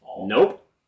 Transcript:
Nope